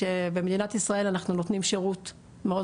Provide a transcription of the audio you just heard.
שבמדינת ישראל אנחנו נותנים שירות מאוד